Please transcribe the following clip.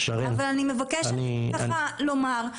אני מבקשת לומר,